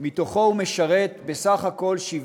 ומתוכו הוא משרת בפועל